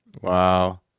Wow